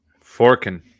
Forking